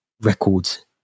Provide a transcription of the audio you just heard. records